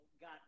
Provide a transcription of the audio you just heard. got